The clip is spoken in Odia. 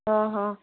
ଓ ହୋ